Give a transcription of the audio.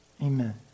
amen